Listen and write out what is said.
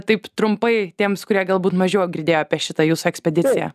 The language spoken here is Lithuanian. taip trumpai tiems kurie galbūt mažiau girdėjo apie šitą jūsų ekspediciją